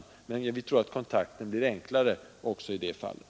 Vi tror tvärtom att kontakten blir enklare i det fallet.